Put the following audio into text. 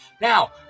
Now